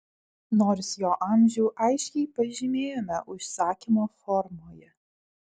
nors jo amžių aiškiai pažymėjome užsakymo formoje